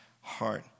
heart